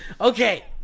Okay